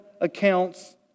accounts